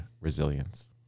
resilience